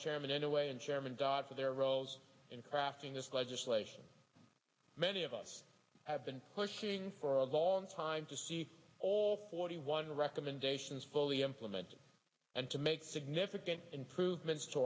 chairman anyway and chairman dodd for their roles in crafting this legislation many of us have been pushing for a long time to see all forty one recommendations fully implemented and to make significant improvements to